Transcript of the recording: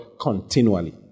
continually